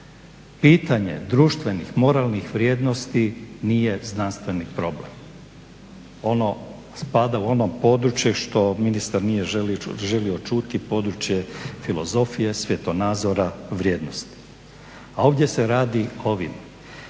pitanje društvenih, moralnih vrijednosti nije znanstveni problem. ono spada u ono područje što ministar nije želio čuti područje filozofije, svjetonazora, vrijednosti. A ovdje se radi ovim